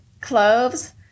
cloves